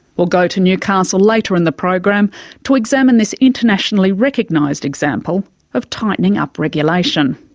we'll go to newcastle later in the program to examine this internationally recognised example of tightening up regulation.